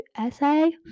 essay